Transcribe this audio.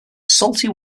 salty